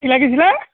কি লাগিছিলে